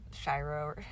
Shiro